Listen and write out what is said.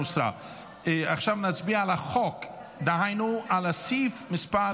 עכשיו נצביע על החוק, דהיינו על סעיף מס'